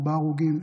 ארבעה הרוגים,